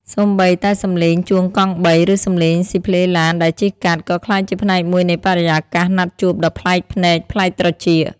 សូម្បីតែសំឡេងជួងកង់បី ឬសម្លេងស៊ីផ្លេឡានដែលជិះកាត់ ក៏ក្លាយជាផ្នែកមួយនៃបរិយាកាសណាត់ជួបដ៏ប្លែកភ្នែកប្លែកត្រចៀក។